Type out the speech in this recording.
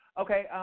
Okay